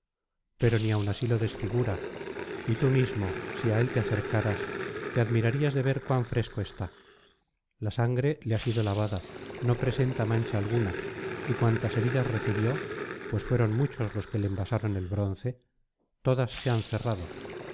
pero ni aun así lo desfigura y tú mismo si á él te acercaras te admirarías de ver cuan fresco está la sangre le ha sido lavada no presenta mancha alguna y cuantas heridas recibió pues fueron muchos los que le envasaron el bronce todas se han cerrado